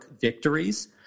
victories